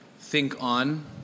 think-on